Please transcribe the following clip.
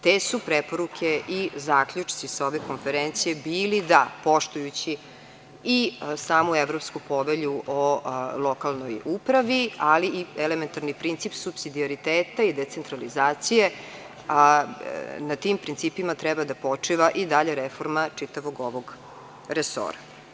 Te su preporuke i zaključci sa ove konferencije bili da poštujući i samu Evropsku povelju o lokalnoj upravi, ali i elementarni princip supsiodioriteta i decentralizacije, a na tim principima treba da počiva i dalje reforma čitavog ovog resora.